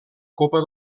copa